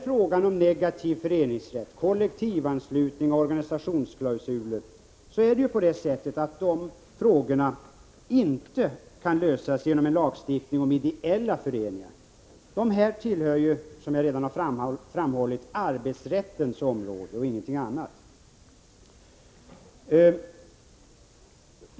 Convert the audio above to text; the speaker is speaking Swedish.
Frågorna om negativ föreningsrätt, kollektivanslutning och organisationsklausuler kan inte lösas genom lagstiftning om ideella föreningar. Dessa frågor tillhör, som jag redan framhållit, arbetsrättens område och ingenting annat.